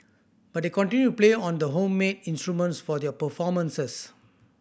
but they continue to play on the home made instruments for their performances